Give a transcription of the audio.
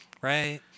Right